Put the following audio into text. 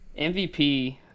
MVP